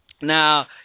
Now